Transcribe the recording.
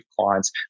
clients